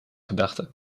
gedachten